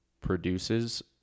produces